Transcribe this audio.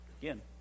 Again